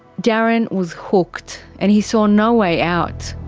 darren was hooked and he saw no way out.